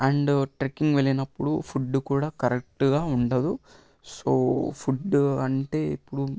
and ట్రెకింగ్కి వెళ్ళినపుడు food కూడ కరెక్టుగా ఉండదు సో ఫుడ్డు అంటే ఇప్పుడు